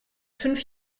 fünf